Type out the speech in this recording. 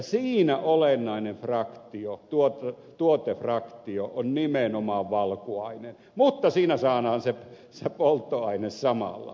siinä olennainen tuotefraktio on nimenomaan valkuainen mutta siinä saadaan se polttoaine samalla